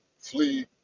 flee